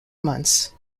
months